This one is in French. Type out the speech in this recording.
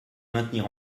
maintenir